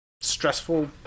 stressful